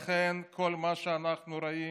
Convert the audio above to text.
לכן כל מה שאנחנו רואים,